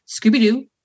Scooby-Doo